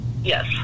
Yes